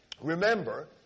remember